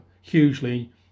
hugely